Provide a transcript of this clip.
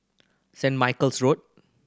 Saint Michael's Road